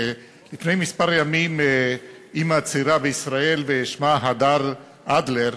לפני כמה ימים אימא צעירה בישראל ששמה הדר אדלר